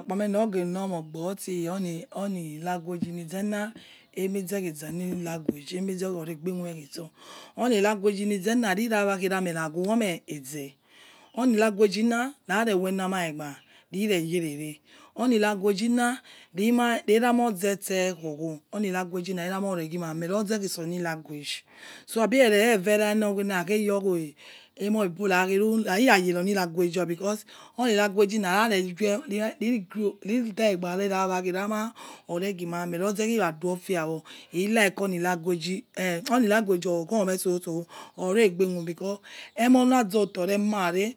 Onu̱ uwokpa mena̱ ogennomeogbo oni language ni ze̱ na̱ emeze khi zoni language language eme ze̱ khegbe ewho meh khizo̱ oni language ni̱ zena̱ rira wake̱ erameh naghiuwome eze̱ oni language na̱ ra̱re̱ wena maigba̱ rireyerere oni̱ languagi na̱ rima̱ rerama̱ oze̱ te khowu oni languagi na̱ reramah ore ghimameh roze̱ khi̱ soni language so abi̱ re̱re̱ rera erana akhe yo emoi ibo rakheru̱ irayeri oni languagi ya̱ because oni languagi na̱ ra revai riregbare̱ erama oreghimameh roze̱ khiraduofiwoh he̱ like o̱ ni languagi oni languagi o̱ ghomeh sotso oregbe whome becor emonarezotoremamare̱